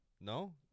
No